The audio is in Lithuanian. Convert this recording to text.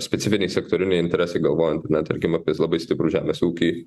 specifiniai sektoriniai interesai galvojant ane tarkim apie labai stiprų žemės ūkį